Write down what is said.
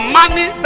money